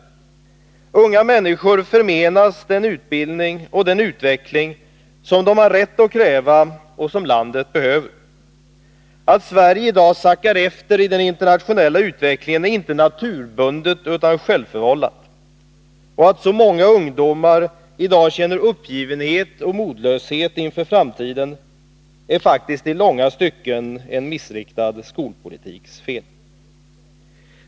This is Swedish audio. Unga människor förmenas den utbildning och den utveckling som de har rätt att kräva, och som landet behöver. Att Sverige i dag sackar efter i den internationella utvecklingen är inte naturbundet utan självförvållat. Och att så många ungdomar i dag känner uppgivenhet och modlöshet inför framtiden är faktiskt i långa stycken en missriktad skolpolitiks fel.